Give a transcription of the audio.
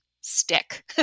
stick